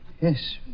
Yes